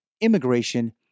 immigration